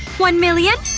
one million?